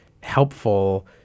helpful